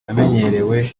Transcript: amenyerewe